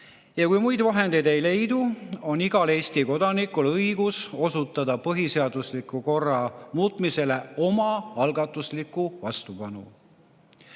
Kui muid vahendeid ei leidu, on igal Eesti kodanikul õigus osutada põhiseadusliku korra muutmisele omaalgatuslikku vastupanu.